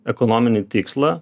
ekonominį tikslą